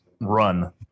run